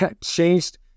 changed